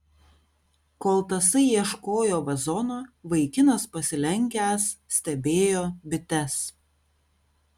kol tasai ieškojo vazono vaikinas pasilenkęs stebėjo bites